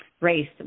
race